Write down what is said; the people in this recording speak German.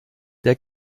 der